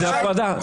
זאת הפרדה?